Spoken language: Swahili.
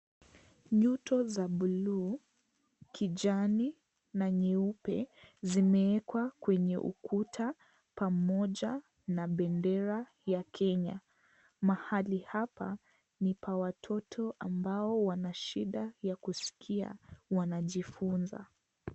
Nyoto za buluu ,kijani na nyeupe zimewekwa kwenye ukuta pamoja na bendera ya Kenya, mahali hapa ni pa watoto ambao wana shida ya kusikia , wanajifunza.